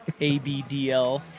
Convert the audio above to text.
ABDL